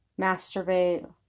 masturbate